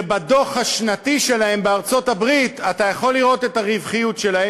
שבדוח השנתי שלהם בארצות-הברית אתה יכול לראות את הרווחיות שלהם,